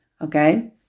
okay